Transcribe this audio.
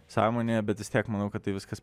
sąmonėje bet vis tiek manau kad tai viskas